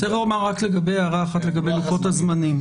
צריך לומר לגבי לוחות הזמנים.